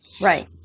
Right